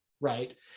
right